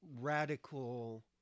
radical